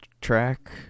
track